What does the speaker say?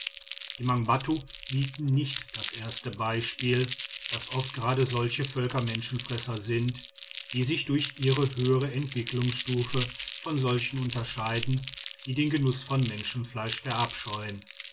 die mangbattu bieten nicht das erste beispiel daß oft gerade solche völker menschenfresser sind die sich durch ihre höhere entwicklungsstufe von solchen unterscheiden die den genuß von menschenfleisch verabscheuen